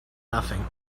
nothing